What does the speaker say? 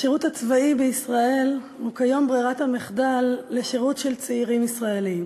השירות הצבאי בישראל הוא כיום ברירת המחדל לשירות של צעירים ישראלים.